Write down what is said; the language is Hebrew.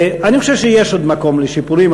אני חושב שיש עוד מקום לשיפורים,